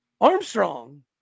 Armstrong